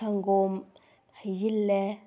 ꯁꯪꯒꯣꯝ ꯍꯩꯖꯤꯜꯂꯦ